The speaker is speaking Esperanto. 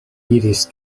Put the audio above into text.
iris